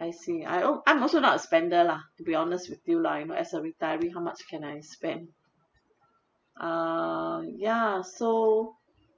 I see I al~ I'm also not a spender lah to be honest with you lah you know as a retiree how much can I spend ah ya so